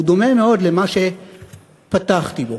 הוא דומה מאוד למה שפתחתי בו.